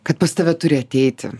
kad pas tave turi ateiti